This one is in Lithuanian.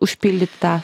užpildyti tą